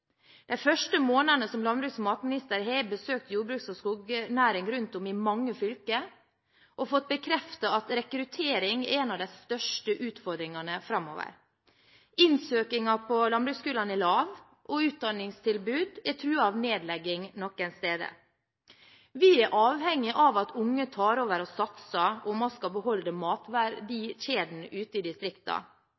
De første månedene som landbruks- og matminister har jeg besøkt jordbruks- og skognæring rundt om i mange fylker og fått bekreftet at rekruttering er en av de største utfordringene framover. Søkningen til landbruksskolene er lav, og utdanningstilbud er truet av nedlegging noen steder. Vi er avhengig av at unge tar over og satser om vi skal beholde